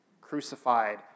crucified